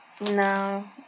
No